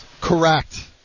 Correct